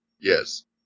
Yes